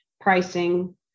pricing